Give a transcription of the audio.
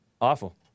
Awful